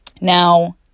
Now